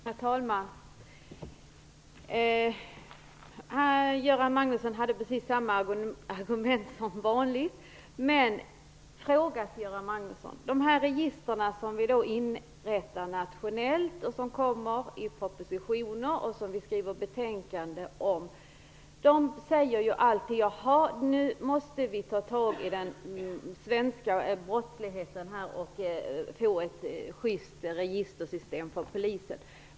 Herr talman! Göran Magnusson hade precis samma argument som vanligt. Jag har en fråga till Göran Magnusson. I propositioner och betänkanden som föreslår att register skall inrättas internationellt står det alltid att vi måste ta itu med den svenska brottsligheten och få ett sjyst registersystem för Polisen.